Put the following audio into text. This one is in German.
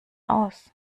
aus